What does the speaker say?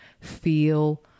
feel